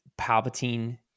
palpatine